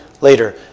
later